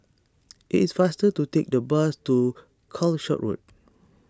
it is faster to take the bus to Calshot Road